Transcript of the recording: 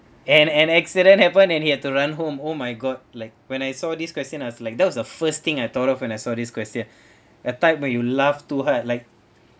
and an accident happened and he had to run home oh my god like when I saw this question I was like that was the first thing I thought of when I saw this question a type where you laugh too hard like